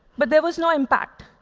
but there was no impact.